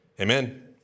amen